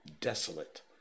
desolate